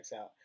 out